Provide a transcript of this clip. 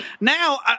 Now